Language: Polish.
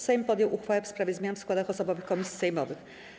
Sejm podjął uchwałę w sprawie zmian w składach osobowych komisji sejmowych.